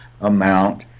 amount